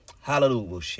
Hallelujah